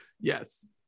Yes